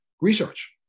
research